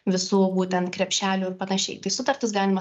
visų būtent krepšelių ir panašiai tai sutartis galima